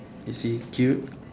is he cute